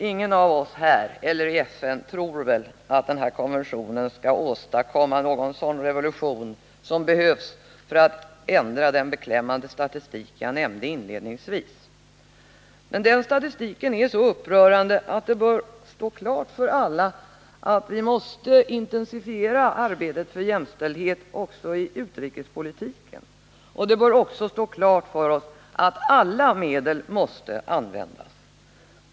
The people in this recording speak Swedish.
Ingen av oss här eller i FN tror väl att den här konventionen skall åstadkomma någon sådan revolution som behövs för att ändra den beklämmande statistik som jag inledningsvis återgav. Men den statistiken är så upprörande att det bör stå klart för alla att vi måste intensifiera arbetet för jämställdhet också i utrikespolitiken. Det bör även stå klart för oss att alla medel måste användas.